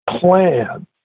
plan